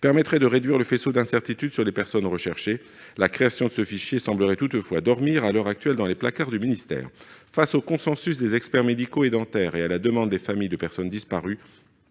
permettrait de réduire le faisceau d'incertitudes sur les personnes recherchées. La création de ce fichier semble toutefois dormir dans les placards du ministère ... Face au consensus des experts médicaux et dentaires et à la demande des familles de personnes disparues,